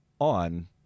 on